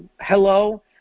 hello